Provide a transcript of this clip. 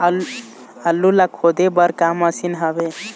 आलू ला खोदे बर का मशीन हावे?